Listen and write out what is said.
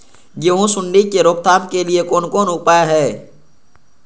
गेहूँ सुंडी के रोकथाम के लिये कोन कोन उपाय हय?